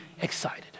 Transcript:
excited